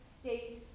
state